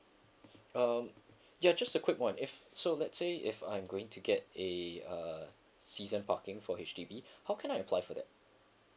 um ya just a quick one if so let's say if I'm going to get a uh season parking for H_D_B how can I apply for that